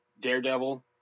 daredevil